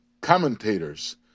commentators